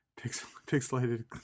Pixelated